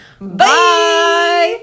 Bye